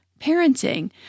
parenting